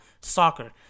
soccer